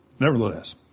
Nevertheless